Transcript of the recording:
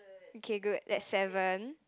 okay good that's seven